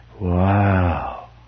Wow